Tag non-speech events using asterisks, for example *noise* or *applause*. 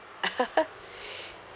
*laughs* *noise*